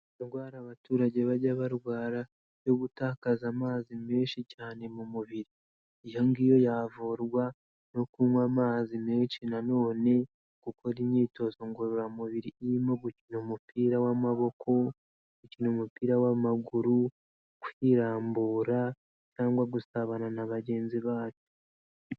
Indwara abaturage bajya barwara yo gutakaza amazi menshi cyane mu mubiri, iyo ngiyo yavurwa no kunywa amazi menshi na none, gukora imyitozo ngororamubiri, irimo gukina umupira w'amaboko, gukina umupira w'amaguru, kwirambura cyangwa gusabana na bagenzi banyu.